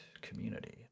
community